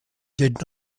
did